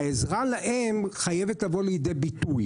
העזרה הזו חייבת לבוא לידי ביטוי.